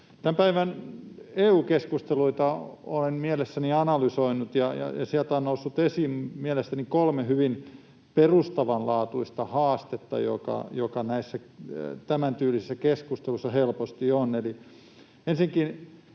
Tämän päivän EU-keskusteluita olen mielessäni analysoinut, ja sieltä on noussut esiin mielestäni kolme hyvin perustavanlaatuista haastetta, joita tämän tyylisessä keskustelussa helposti on.